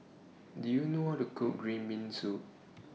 Do YOU know How to Cook Green Bean Soup